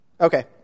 Okay